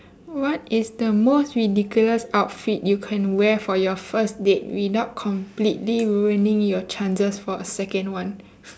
what is the most ridiculous outfit you can wear for your first date without completely ruining your chances for a second one